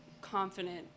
confident